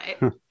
Right